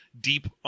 deep